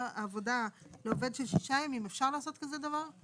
העבודה לעובד של שישה ימים, אפשר לעשות כזה דבר?